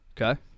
Okay